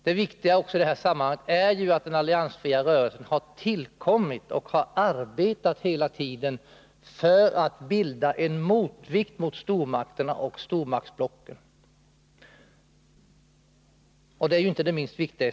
Det viktiga är ju att den alliansfria rörelsen har tillkommit och hela tiden arbetat för att bilda en motvikt mot stormakterna och stormaktsblocken. Dessa är de inte minst viktiga.